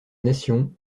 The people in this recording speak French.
nation